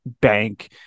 bank